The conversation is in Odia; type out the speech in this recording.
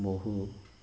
ବହୁ